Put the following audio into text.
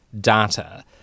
data